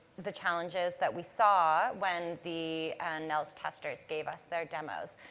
the challenges that we saw when the and nnels testers gave us their demos.